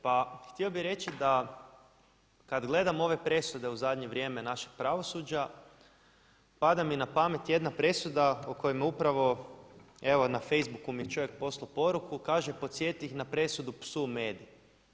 Pa htio bi reći da gledam ove presude u zadnje vrijeme našeg pravosuđa pada mi na pamet jedna presuda o kojoj me upravo evo na facebooku mi je čovjek poslao poruku kaže podsjeti ih na presudu „Psu Medi“